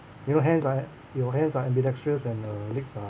you know hands right your hands are ambidextrous and your legs are